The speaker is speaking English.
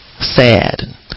sad